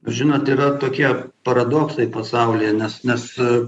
žinot yra tokie paradoksai pasaulyje nes nes